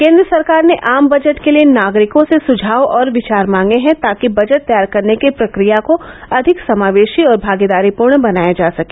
केन्द्र सरकार ने आम बजट के लिये नागरिकों से सुझाव और विचार मांगे हैं ताकि बजट तैयार करने की प्रक्रिया को अधिक समावेशी और भागीदारी पूर्ण बनाया जा सके